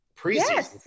preseason